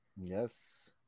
Yes